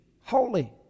holy